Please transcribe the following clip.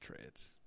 trades